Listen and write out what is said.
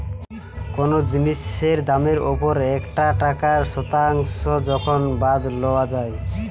কোনো জিনিসের দামের ওপর একটা টাকার শতাংশ যখন বাদ লওয়া যাই